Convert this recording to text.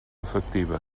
efectiva